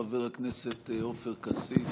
חבר הכנסת עופר כסיף,